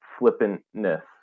flippantness